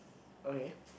okay